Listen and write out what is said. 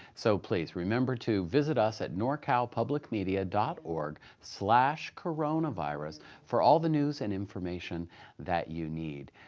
so please remember to visit us at norcalpublicmedia dot org slash coronavirus for all the news and information that you need.